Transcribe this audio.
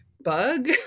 bug